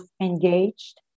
engaged